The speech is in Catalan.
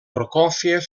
prokófiev